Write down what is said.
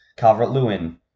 Calvert-Lewin